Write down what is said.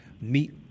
meet